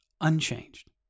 Unchanged